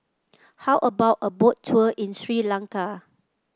how about a Boat Tour in Sri Lanka